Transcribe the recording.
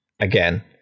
again